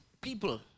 people